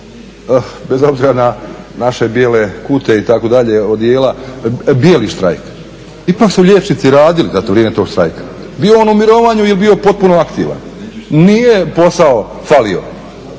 bez obzira na naše bijele kute, itd., odijela, bijeli štrajk. Ipak su liječnici radili za vrijeme tog štrajka, bio on u mirovanju ili bio potpuno aktivan. Nije posao falio,